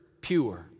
pure